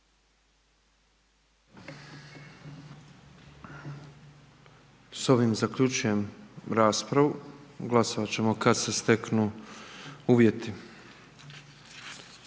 S ovim zaključujem raspravu. Glasovat ćemo kad se steknu uvjeti.